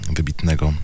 Wybitnego